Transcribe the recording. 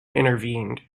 intervened